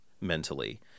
mentally